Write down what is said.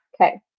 Okay